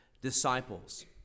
disciples